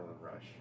rush